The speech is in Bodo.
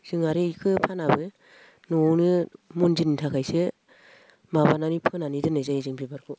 जों आरो इखो फानाबो न'आवनो मन्दिरनि थाखायसो माबानानै फोनानै दोननाय जायो जों बिबारखौ